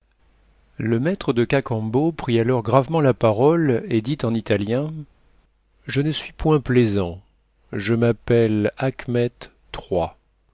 le maître de cacambo prit alors gravement la parole et dit en italien je ne suis point plaisant je m'appelle achmet